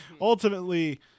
ultimately